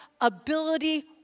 ability